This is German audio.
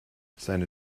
seine